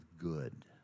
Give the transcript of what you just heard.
good